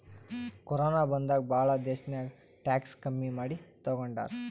corona ಬಂದಾಗ್ ಭಾಳ ದೇಶ್ನಾಗ್ ಟ್ಯಾಕ್ಸ್ ಕಮ್ಮಿ ಮಾಡಿ ತಗೊಂಡಾರ್